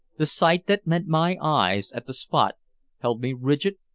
the sight that met my eyes at the spot held me rigid,